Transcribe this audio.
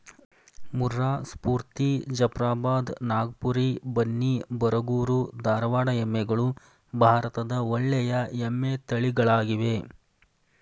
ಮುರ್ರಾ, ಸ್ಪೂರ್ತಿ, ಜಫ್ರಾಬಾದ್, ನಾಗಪುರಿ, ಬನ್ನಿ, ಬರಗೂರು, ಧಾರವಾಡ ಎಮ್ಮೆಗಳು ಭಾರತದ ಒಳ್ಳೆಯ ಎಮ್ಮೆ ತಳಿಗಳಾಗಿವೆ